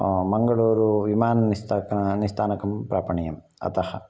मङ्गलूरुविमानस्था विमानस्थानकं प्रापणीयम् अतः